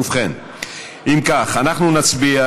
אם כך, אנחנו נצביע